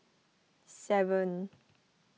seven